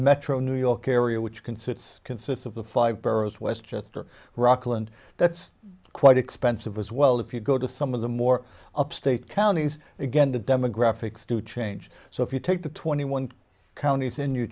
metro new york area which consists consists of the five boroughs westchester rockland that's quite expensive as well if you go to some of the more upstate counties again the demographics do change so if you take the twenty one counties in new